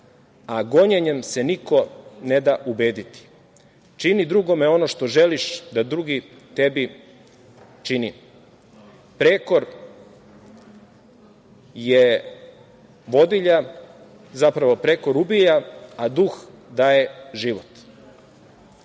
a gonjenjem se niko ne da ubediti. Čini drugima ono što želiš da drugi tebi čini. Prekor, zapravo, ubija, a duh daje život."